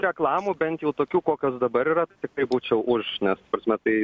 reklamų bent jau tokių kokios dabar yra tiktai būčiau už nes ta prasme tai